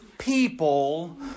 People